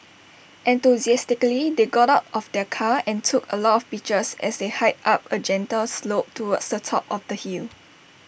enthusiastically they got out of the car and took A lot of pictures as they hiked up A gentle slope towards the top of the hill